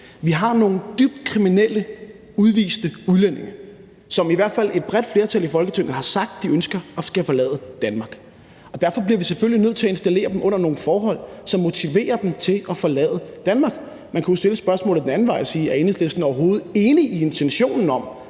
Vi har nogle dybt kriminelle udvisningsdømte udlændinge, om hvem i hvert fald et bredt flertal i Folketinget har sagt, at de ønsker, de skal forlade Danmark. Derfor bliver vi selvfølgelig nødt til at installere dem under nogle forhold, som motiverer dem til at forlade Danmark. Man kunne jo stille spørgsmålet den anden vej og spørge: Er Enhedslisten overhovedet enige i intentionen om,